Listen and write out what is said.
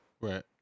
Right